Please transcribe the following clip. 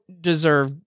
deserve